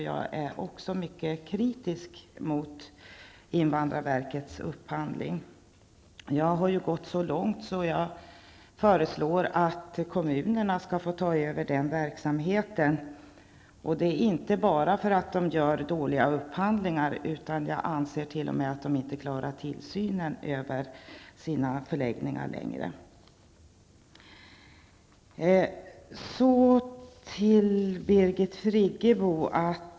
Jag är mycket kritisk mot invandrarverkets upphandling, och jag har gått så långt att jag har föreslagit att kommunerna skall få ta över den verksamheten. Det är inte bara för att invandrarverket gör dåliga upphandlingar, utan jag anser att invandrarverket inte klarar tillsynen över sina förläggningar längre. Jag går vidare till Birgit Friggebo.